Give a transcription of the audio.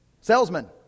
Salesman